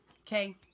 Okay